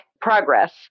progress